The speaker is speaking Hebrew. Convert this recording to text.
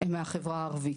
הם מהחברה הערבית.